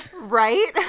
Right